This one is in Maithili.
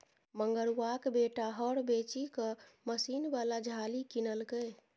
मंगरुआक बेटा हर बेचिकए मशीन बला झालि किनलकै